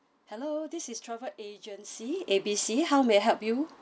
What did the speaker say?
hello this is travel agency A B C how may I help you